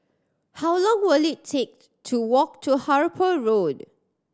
how long will it take to walk to Harper Road